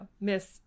Miss